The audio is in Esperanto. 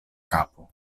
kapo